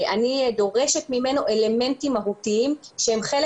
ואני דורשת ממנו אלמנטים מהותיים שהם חלק